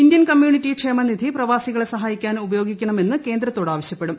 Indian community ക്ഷേമനിധി പ്രവാസികളെ സഹായിക്കാൻ ഉപയോഗിക്കണമെന്ന് കേന്ദ്രത്തോട് ആവശ്യപ്പെടും